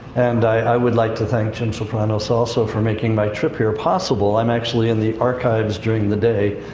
and i, i would like to thank jim sopranos, also, for making my trip here possible. i'm actually in the archives during the day.